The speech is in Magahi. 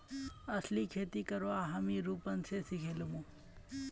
अलसीर खेती करवा हामी रूपन स सिखे लीमु